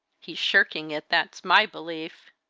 he's shirking it, that's my belief.